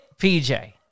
PJ